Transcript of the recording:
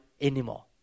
anymore